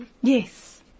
Yes